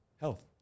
health